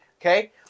Okay